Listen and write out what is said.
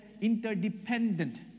interdependent